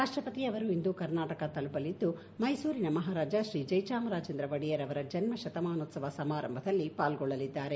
ರಾಷ್ಟಪತಿ ಅವರು ಇಂದು ಕರ್ನಾಟಕ ತಲುಪಲಿದ್ದು ಮೈಸೂರಿನ ಮಹಾರಾಜ ಶ್ರೀ ಜಯಚಾಮರಾಜೇಂದ್ರ ಒಡೆಯರ್ ಅವರ ಜನ್ನಶತಮಾನೋತ್ಸವ ಸಮಾರಂಭದಲ್ಲಿ ಪಾಲ್ಗೊಳ್ಳಲಿದ್ದಾರೆ